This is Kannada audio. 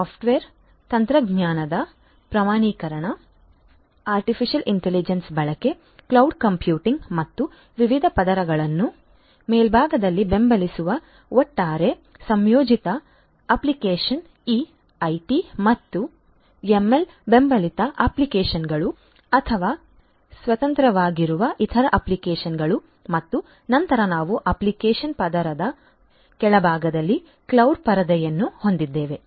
ಸಾಫ್ಟ್ವೇರ್ ತಂತ್ರಜ್ಞಾನದ ಪ್ರಮಾಣೀಕರಣ ಆರ್ಟಿಫಿಷಿಯಲ್ ಇಂಟೆಲಿಜೆನ್ಸ್ ಬಳಕೆ ಕ್ಲೌಡ್ ಕಂಪ್ಯೂಟಿಂಗ್ ಮತ್ತು ವಿವಿಧ ಪದರಗಳನ್ನು ಮೇಲ್ಭಾಗದಲ್ಲಿ ಬೆಂಬಲಿಸುವ ಒಟ್ಟಾರೆ ಸಂಯೋಜಿತ ಅಪ್ಲಿಕೇಶನ್ ಈ ಎಐ ಮತ್ತು ಎಂಎಲ್ ಬೆಂಬಲಿತ ಅಪ್ಲಿಕೇಶನ್ಗಳು ಅಥವಾ ಸ್ವತಂತ್ರವಾಗಿ ಇತರ ಅಪ್ಲಿಕೇಶನ್ಗಳು ಮತ್ತು ನಂತರ ನಾವು ಅಪ್ಲಿಕೇಶನ್ ಪದರದ ಕೆಳಭಾಗದಲ್ಲಿ ಕ್ಲೌಡ್ ಪದರವನ್ನು ಹೊಂದಿದ್ದೇವೆ